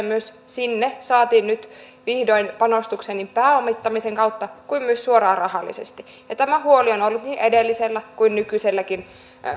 myös sinne saatiin nyt vihdoin panostuksia niin pääomittamisen kautta kuin myös suoraan rahallisesti tämä huoli on ollut niin edellisellä kuin nykyiselläkin